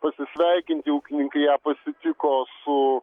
pasisveikinti ūkininkai ją pasitiko su